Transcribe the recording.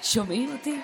שומעים אותי?